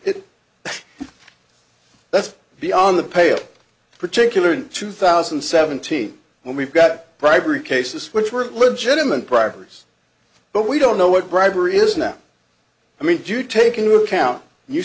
that that's beyond the pale particular in two thousand and seventeen when we've got bribery cases which were legitimate priors but we don't know what bribery is now and we do take into account you